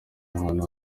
ahantu